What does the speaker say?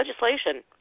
legislation